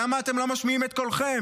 למה אתם לא משמיעים את קולכם?